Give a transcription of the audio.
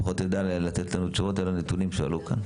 לפחות יודע לתת לנו תשובות על הנתונים שעלו כאן.